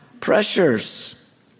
pressures